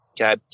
Okay